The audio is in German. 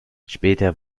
später